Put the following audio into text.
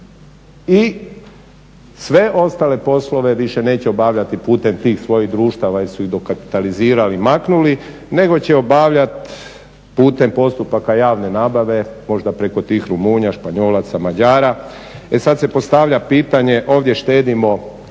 i sve ostale poslove više neće obavljati putem tih svojih društava jer su ih dokapitalizirali, maknuli, nego će obavljati putem postupaka javne nabave, možda preko tih Rumunja, Španjolaca, Mađara. E sad se postavlja pitanje, ovdje štedimo,